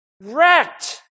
wrecked